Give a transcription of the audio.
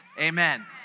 Amen